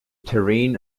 terrain